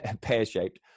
pear-shaped